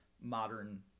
modern